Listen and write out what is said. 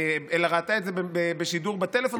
אלא ראתה את זה בשידור בטלפון,